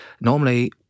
Normally